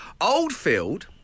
Oldfield